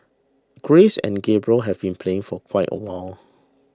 Grace and Gabriel have been playing for quite awhile